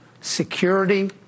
Security